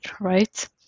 right